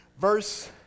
Verse